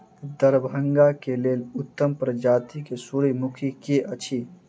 दरभंगा केँ लेल उत्तम प्रजाति केँ सूर्यमुखी केँ अछि?